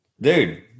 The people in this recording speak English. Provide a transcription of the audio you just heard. Dude